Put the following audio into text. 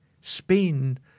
Spain